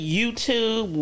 YouTube